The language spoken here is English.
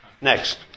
Next